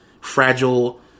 fragile